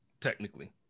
technically